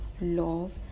love